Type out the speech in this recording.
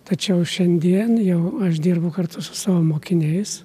tačiau šiandien jau aš dirbu kartu su savo mokiniais